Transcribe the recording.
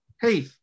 Hey